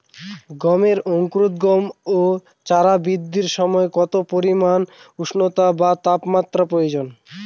গমের অঙ্কুরোদগম ও চারা বৃদ্ধির সময় কত পরিমান উষ্ণতা বা তাপমাত্রা প্রয়োজন?